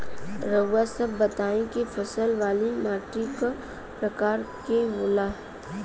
रउआ सब बताई कि फसल वाली माटी क प्रकार के होला?